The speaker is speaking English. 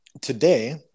Today